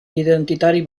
identitari